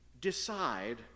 decide